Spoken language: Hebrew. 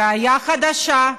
ראיה חדשה,